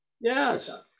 Yes